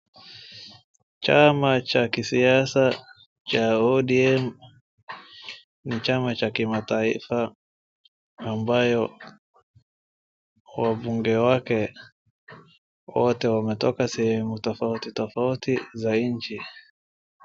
Chama cha kisiasa cha ODM ni chama cha kimataifa ambayo wabunge wake wote wanatoka sehemu tofauti tofauti za nchi.